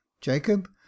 jacob